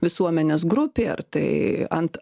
visuomenės grupei ar tai ant